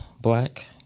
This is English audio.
black